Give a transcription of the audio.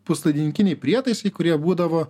puslaidininkiniai prietaisai kurie būdavo